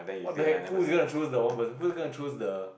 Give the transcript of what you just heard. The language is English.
what the heck who's gonna choose the one percent who's gonna choose the